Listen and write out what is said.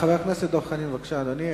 חבר הכנסת דב חנין, בבקשה, אדוני.